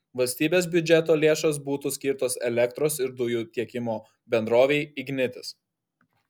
valstybės biudžeto lėšos būtų skirtos elektros ir dujų tiekimo bendrovei ignitis